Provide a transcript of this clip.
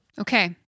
Okay